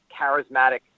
charismatic